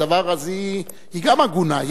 היא עגונה.